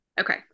okay